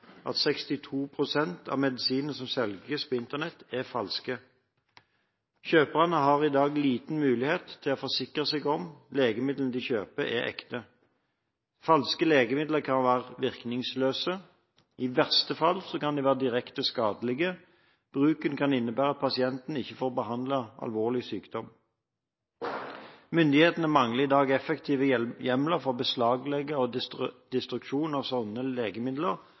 at 62 pst. av medisinene som selges på Internett, er falske. Kjøperne har i dag liten mulighet til å forsikre seg om at legemidlene de kjøper, er ekte. Falske legemidler kan være virkningsløse. I verste fall kan de være direkte skadelige. Bruken kan innebære at pasienten ikke får behandlet alvorlig sykdom. Myndighetene mangler i dag effektive hjemler for beslagleggelse og destruksjon av slike legemidler